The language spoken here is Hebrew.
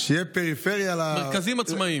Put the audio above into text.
מרכזים עצמאיים.